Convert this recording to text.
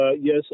yes